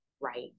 right